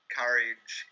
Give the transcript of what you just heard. courage